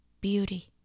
Beauty